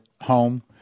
home